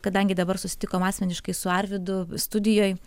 kadangi dabar susitikom asmeniškai su arvydu studijoj